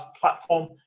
platform